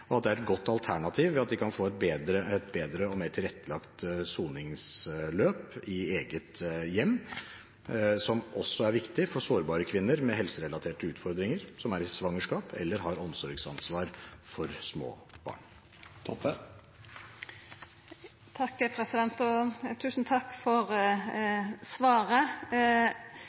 og at det er et godt alternativ ved at de kan få et bedre og mer tilrettelagt soningsløp i eget hjem, noe som også er viktig for sårbare kvinner som har helserelaterte utfordringer, som er i svangerskap eller har omsorgsansvar for små barn. Tusen takk